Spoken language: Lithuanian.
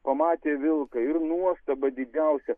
pamatė vilką ir nuostaba didžiausia